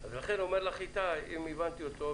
לכן אומר לך איתי אם הבנתי אותו,